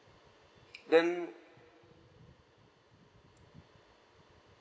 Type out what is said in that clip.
then